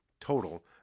total